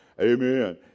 Amen